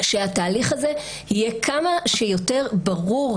שהתהליך הזה יהיה כמה שיותר ברור,